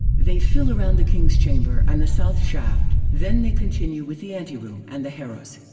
they fill around the king's chamber and the south shaft then they continue with the anteroom and the harrows.